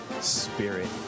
spirit